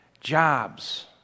jobs